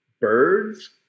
birds